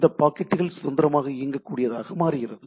இந்த பாக்கெட்டுகள் சுதந்திரமாக இயங்கக்கூடியதாக மாறுகிறது